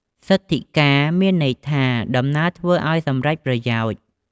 សិទិ្ធកា មានន័យថា ដំណើរធ្វើឲ្យសម្រេចប្រយោជន៍។